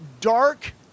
dark